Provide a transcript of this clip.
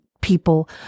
people